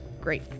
Great